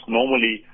normally